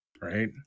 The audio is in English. Right